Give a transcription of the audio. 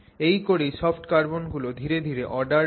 এই করেই soft carbon গুলো ধীরে ধীরে অর্ডার্ড হয়